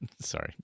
sorry